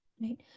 Right